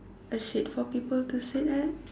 a shade for people to sit at